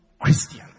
Christian